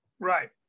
Right